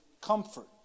comfort